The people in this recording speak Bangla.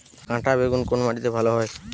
কাঁটা বেগুন কোন মাটিতে ভালো হয়?